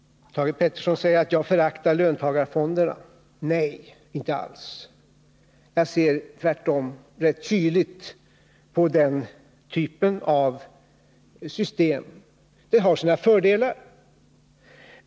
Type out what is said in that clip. Thage Peterson säger att jag föraktar löntagarfonderna. Nej, inte alls. Tvärtom ser jag rätt kyligt på den typen av system. Det har sina fördelar.